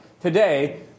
today